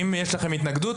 אם יש לכם התנגדות,